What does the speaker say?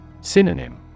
Synonym